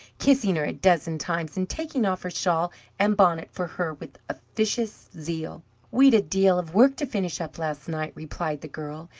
kissing her a dozen times, and taking off her shawl and bonnet for her with officious zeal. we'd a deal of work to finish up last night, replied the girl,